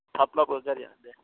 थाब लाबो गारिया दे